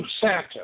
Santa